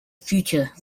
future